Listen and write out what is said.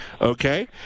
okay